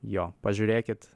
jo pažiūrėkit